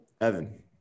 Evan